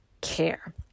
care